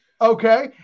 Okay